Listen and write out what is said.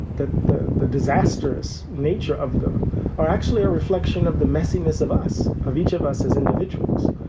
that the the disastrous nature of them are actually a reflection of the messiness of us, of each of us as individuals,